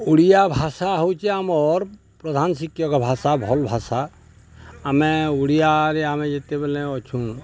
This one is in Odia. ଓଡ଼ିଆ ଭାଷା ହଉଛି ଆମର୍ ପ୍ରଧାନ ଶିକ୍ଷକ ଭାଷା ଭଲ୍ ଭାଷା ଆମେ ଓଡ଼ିଆରେ ଆମେ ଯେତେବେଲେ ଅଛୁଁ